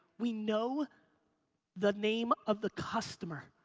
we know the name of the customer.